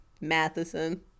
Matheson